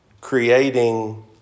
Creating